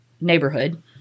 Neighborhood